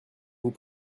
vous